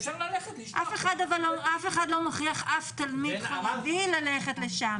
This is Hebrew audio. אפשר ללכת --- אף אחד לא מכריח אף תלמיד חרדי ללכת לשם.